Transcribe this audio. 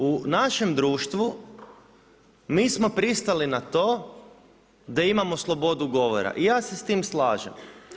U našem društvu, mi smo pristali na to da imamo slobodu govora, i ja se s tim slažem.